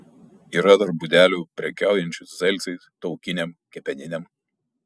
yra dar būdelių prekiaujančių zelcais taukinėm kepeninėm